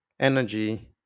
energy